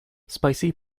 spicy